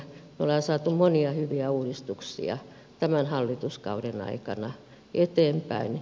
me olemme saaneet monia hyviä uudistuksia tämän hallituskauden aikana eteenpäin